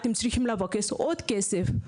אתם צריכים לבקש עוד כסף.